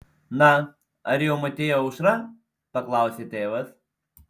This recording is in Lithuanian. na ar jau matei aušrą paklausė tėvas